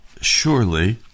surely